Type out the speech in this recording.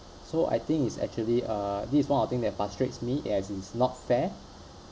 so I think is actually uh this one of thing that frustrates me as it's not fair